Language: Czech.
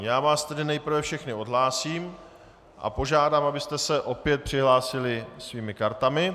Já vás tedy nejprve všechny odhlásím a požádám, abyste se opět přihlásili svými kartami.